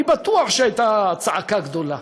אני בטוח שהייתה צעקה גדולה.